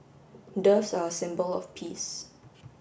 doves are a symbol of peace